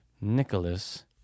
Nicholas